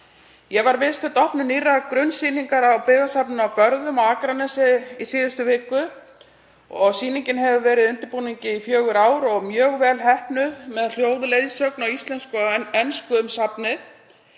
Ég var viðstödd opnun nýrrar grunnsýningar á Byggðasafninu á Görðum á Akranesi í síðustu viku. Sýningin hefur verið í undirbúningi í fjögur ár og er mjög vel heppnuð með hljóðleiðsögn á íslensku og ensku um safnið.